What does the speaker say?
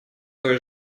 той